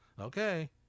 Okay